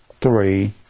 three